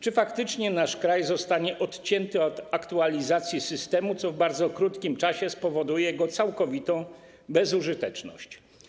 Czy faktycznie nasz kraj zostanie odcięty od aktualizacji systemu, co w bardzo krótkim czasie spowoduje jego całkowitą bezużyteczność?